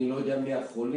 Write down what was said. אני לא יודע מי החולים.